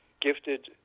gifted